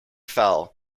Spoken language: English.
fell